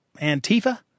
Antifa